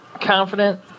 confident